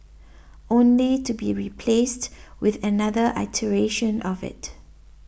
only to be replaced with another iteration of it